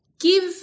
give